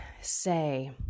say